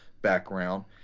Background